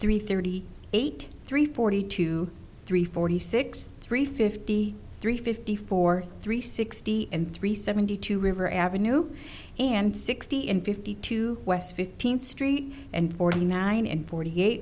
three thirty eight three forty two three forty six three fifty three fifty four three sixty and three seventy two river avenue and sixty in fifty two west fifteenth street and forty nine and forty eight